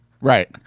Right